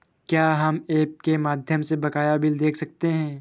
क्या हम ऐप के माध्यम से बकाया बिल देख सकते हैं?